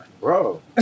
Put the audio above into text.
bro